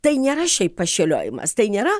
tai nėra šiaip pašėliojimas tai nėra